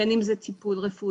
בין אם זה טיפול רפואי,